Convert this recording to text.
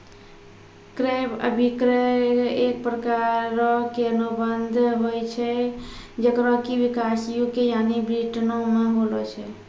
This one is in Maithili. क्रय अभिक्रय एक प्रकारो के अनुबंध होय छै जेकरो कि विकास यू.के यानि ब्रिटेनो मे होलो छै